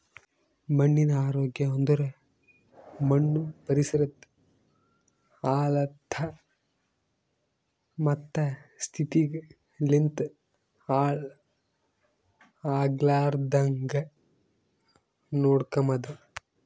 ಮಣ್ಣಿನ ಆರೋಗ್ಯ ಅಂದುರ್ ಮಣ್ಣು ಪರಿಸರದ್ ಹಲತ್ತ ಮತ್ತ ಸ್ಥಿತಿಗ್ ಲಿಂತ್ ಹಾಳ್ ಆಗ್ಲಾರ್ದಾಂಗ್ ನೋಡ್ಕೊಮದ್